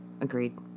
Agreed